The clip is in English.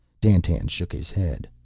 dandtan shook his head.